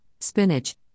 spinach